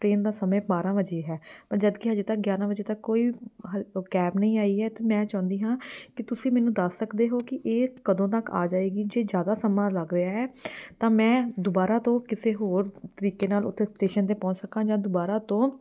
train ਦਾ ਸਮੇਂ ਬਾਰ੍ਹਾਂ ਵਜੇ ਹੈ ਪਰ ਜਦ ਕਿ ਹਜੇ ਤੱਕ ਗਿਆਰ੍ਹਾਂ ਵਜੇ ਤੱਕ ਕੋਈ ਕੈਬ ਨਹੀਂ ਆਈ ਹੈ ਅਤੇ ਮੈਂ ਚਾਹੁੰਦੀ ਹਾਂ ਕਿ ਤੁਸੀਂ ਮੈਨੂੰ ਦੱਸ ਸਕਦੇ ਹੋ ਕਿ ਇਹ ਕਦੋਂ ਤੱਕ ਆ ਜਾਏਗੀ ਜੇ ਜ਼ਿਆਦਾ ਸਮਾਂ ਲੱਗ ਰਿਹਾ ਹੈ ਤਾਂ ਮੈਂ ਦੁਬਾਰਾ ਤੋਂ ਕਿਸੇ ਹੋਰ ਤਰੀਕੇ ਨਾਲ ਉੱਥੇ ਸਟੇਸ਼ਨ 'ਤੇ ਪਹੁੰਚ ਸਕਾਂ ਜਾਂ ਦੁਬਾਰਾ ਤੋਂ